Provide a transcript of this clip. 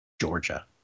Georgia